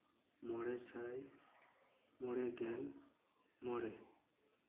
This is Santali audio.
ᱢᱚᱬᱮ ᱥᱟᱭ ᱢᱚᱬᱮ ᱜᱮᱞ ᱢᱚᱬᱮ